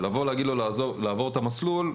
ולבוא להגיד לו לעבור את המסלול,